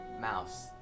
mouse